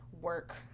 work